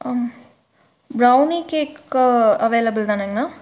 ம் brownie cake அவைலபிள்தானங்ண்ணா